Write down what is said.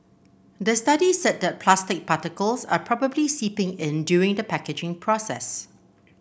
the study said that plastic particles are probably seeping in during the packaging process